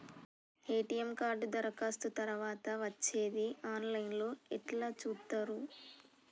ATM card దరఖాస్తు తరువాత వచ్చేది ఆన్ లైన్ లో ఎట్ల చూత్తరు?